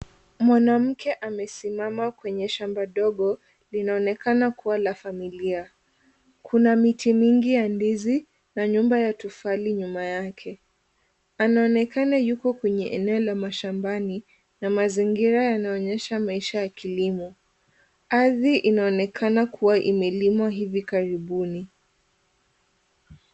Mwanamke amesimama kwenye shamba dogo; linaonekana kuwa la familia. Kuna miti mingi ya ndizi na nyumba ya tofali nyuma yake. Anaonekana yuko kwenye eneo la mashambani na mazingira yanaonyesha maisha ya kilimo. Ardhi inaonekana kuwa imelimwa hivi karibuni.